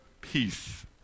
peace